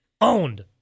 owned